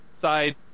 side